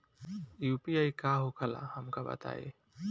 UPI का होखेला हमका बताई?